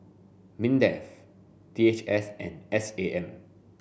MINDEF D H S and S A M